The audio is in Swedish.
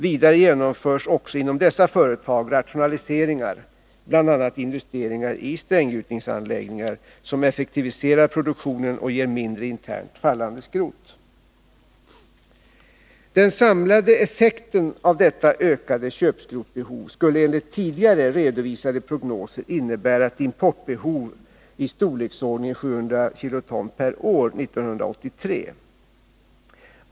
Vidare genomförs också inom dessa företag rationaliseringar, bl.a. investeringar i stränggjutningsanläggningar, som effektiviserar produktionen och ger mindre internt fallande skrot. Den samlade effekten av detta ökade köpskrotsbehov skulle enligt tidigare redovisade prognoser innebära ett importbehov i storleksordningen 700 kiloton år 1983.